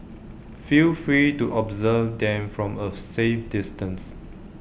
feel free to observe them from A safe distance